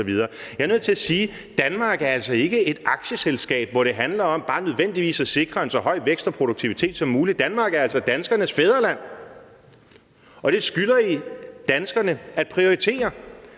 Jeg er nødt til at sige, at Danmark altså ikke er et aktieselskab, hvor det bare nødvendigvis handler om at sikre en så høj vækst og produktivitet som muligt. Danmark er altså danskernes fædreland, og det skylder I danskerne at prioritere,